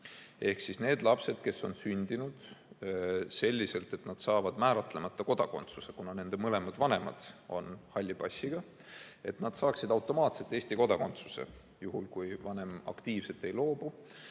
Ehk siis need lapsed, kes on sündinud selliselt, et nad saaksid määratlemata kodakondsuse, kuna nende mõlemad vanemad on halli passiga, saavad automaatselt Eesti kodakondsuse, juhul kui vanem sellest nn aktiivselt ei loobu.